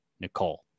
Nicole